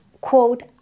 quote